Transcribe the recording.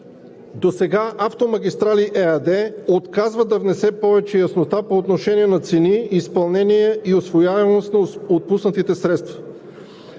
Досега „Автомагистрали“ ЕАД отказва да внесе повече яснота по отношение на цени, изпълнение и усвояемост на отпуснатите средства.